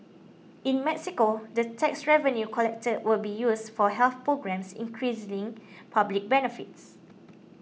in Mexico the tax revenue collected will be used for health programmes increasing public benefits